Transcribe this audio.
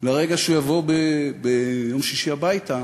לרגע שהוא יבוא ביום שישי הביתה,